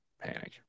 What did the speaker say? panic